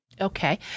Okay